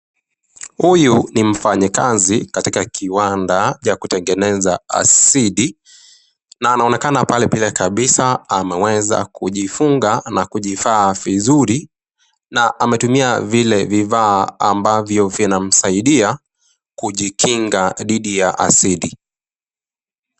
Huyu ni mfanyikazi katika kiwanda cha kutengeneza asidi na anaonekana pale kabisa ameweza kujifunga na kijivaa vizuri na ametumia vile vifaa ambavyo vinamsaidia kujikinga dhidi ya asidi.